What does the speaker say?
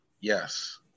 Yes